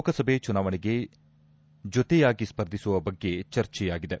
ಲೋಕಸಭೆ ಚುನಾವಣೆಗೆ ಜೊತೆಯಾಗಿ ಸ್ಪರ್ಧಿಸುವ ಬಗ್ಗೆ ಚರ್ಚೆಯಾಗಿದೆ